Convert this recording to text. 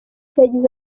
yagize